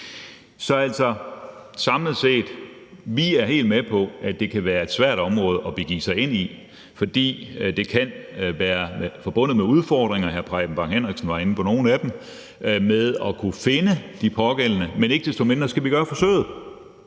Så samlet set er vi helt med på, at det kan være et svært område at begive sig ind i, fordi det kan være forbundet med udfordringer – hr. Preben Bang Henriksen var inde på nogle af dem – med at kunne finde de pågældende, men ikke desto mindre skal vi gøre forsøget.